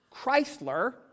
Chrysler